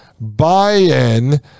buy-in